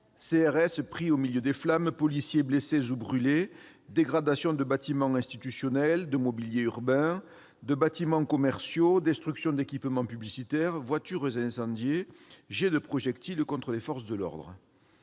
CRS pris au milieu des flammes ; policiers blessés ou brûlés ; dégradations de bâtiments institutionnels, de mobilier urbain, de bâtiments commerciaux ; destructions d'équipements publicitaires ; voitures incendiées ; jets de projectiles contre les forces de l'ordre